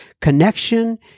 Connection